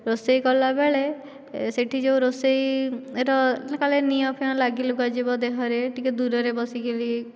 ରୋଷେଇ କଲାବେଳେ ସେଇଠି ଯେଉଁ ରୋଷେଇର କାଳେ ନିଆଁ ଫିଆଁ ଲାଗିଲୁଗା ଯିବ ଦେହରେ ଟିକିଏ ଦୂରରେ ବସିକରି